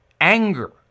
anger